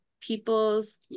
people's